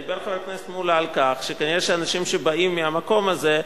דיבר חבר הכנסת מולה על כך שכנראה שאנשים שבאים מהמקום הזה,